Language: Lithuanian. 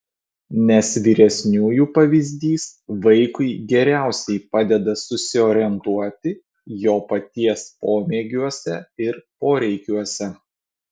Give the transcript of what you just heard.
nes vyresniųjų pavyzdys vaikui geriausiai padeda susiorientuoti jo paties pomėgiuose ir poreikiuose